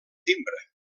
timbre